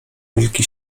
wilki